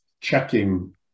checking